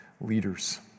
leaders